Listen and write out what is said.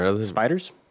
Spiders